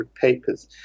papers